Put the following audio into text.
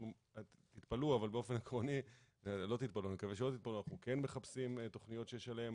תתפלאו, אבל אנחנו כן מחפשים תכניות שיש עליהן